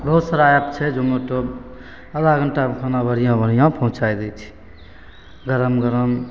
बहुत सारा एप छै जोमैटो आधा घण्टामे खाना बढ़िआँ बढ़िआँ पहुँचै दै छै गरम गरम